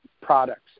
products